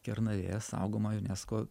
kernavė saugoma unesco